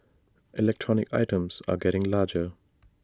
electronic items are getting larger